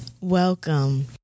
welcome